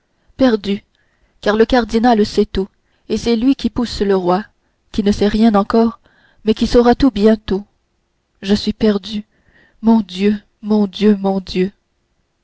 perdue car le cardinal sait tout et c'est lui qui pousse le roi qui ne sait rien encore mais qui saura tout bientôt je suis perdue mon dieu mon dieu mon dieu